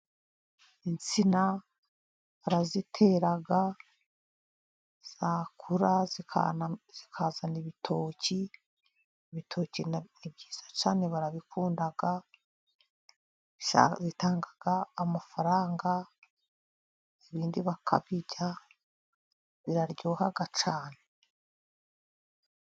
Insina barazitera zakura zikazana ibitoki, ibitoki ni byiza cyane barabikunda bitanga amafaranga ibindi bakabirya biraryoha cyane.